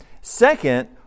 Second